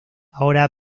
ahora